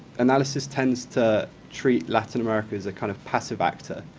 analysis tends to treat latin america as a kind of passive actor.